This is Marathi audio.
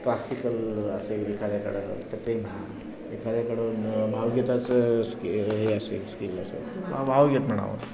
क्लासिकल असेल एखाद्याकडं तर ते एखाद्याकडून भावगीताचं स्कि हे असेल स्किल असेल भा भावगीत म्हणावं